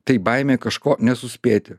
tai baimė kažko nesuspėti